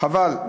חבל,